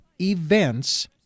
events